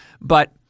But-